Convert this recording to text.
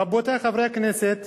רבותי חברי הכנסת,